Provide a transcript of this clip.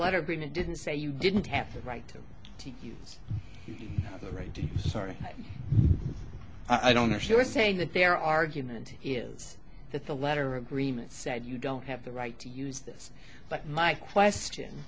been it didn't say you didn't have the right to use the right to sorry i don't know if you are saying that their argument is that the letter agreement said you don't have the right to use this but my question